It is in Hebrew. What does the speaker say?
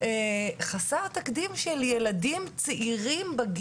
חסר התקדים של ילדים צעירים.